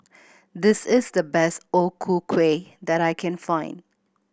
this is the best O Ku Kueh that I can find